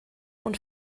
und